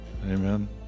Amen